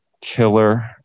killer